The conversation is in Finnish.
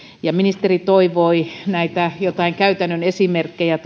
ministeri toivoi tuossa joitain näitä käytännön esimerkkejä